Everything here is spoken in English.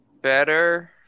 better